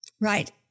right